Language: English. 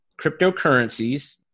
cryptocurrencies